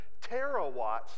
terawatts